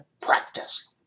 practice